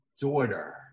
daughter